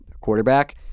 quarterback